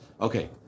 Okay